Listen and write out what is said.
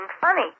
funny